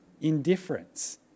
indifference